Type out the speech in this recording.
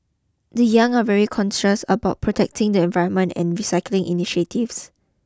the young are very conscious about protecting the environment and recycling initiatives